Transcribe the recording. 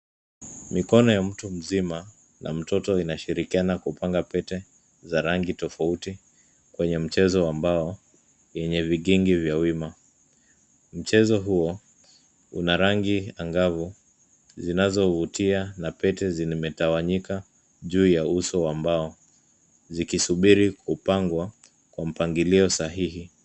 Mikono ya mtu mzima na mtoto inashirikiana kupanga pete za rangi tofauti, kwenye mchezo wa mbao yenye vikingi vya wima. Mchezo huo una rangi angavu zinazovutia na pete zimetawanyika juu ya uso wa mbao, zikisubiri kupangwa kwa mpangilio sahihi.